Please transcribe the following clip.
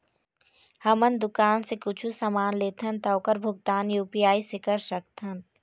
हमन दुकान से कुछू समान लेथन ता ओकर भुगतान यू.पी.आई से कर सकथन?